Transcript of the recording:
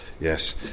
yes